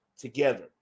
together